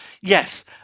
Yes